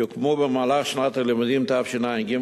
יוקמו במהלך שנת הלימודים תשע"ג,